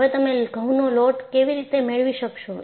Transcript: હવે તમે ઘઉંનો લોટ કેવી રીતે મેળવી શકશો